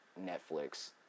Netflix